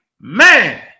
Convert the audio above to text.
man